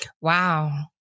Wow